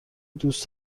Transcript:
دوست